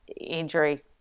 injury